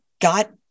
got